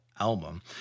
album